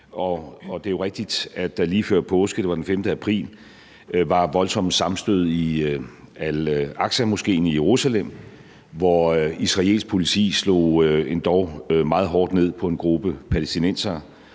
Og det er jo rigtigt, at der lige før påske – det var den 5. april – var voldsomme sammenstød i al-Aqsa-moskéen i Jerusalem, hvor israelsk politi slog endog meget hårdt ned på en gruppe palæstinensere,